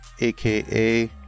aka